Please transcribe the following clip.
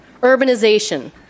urbanization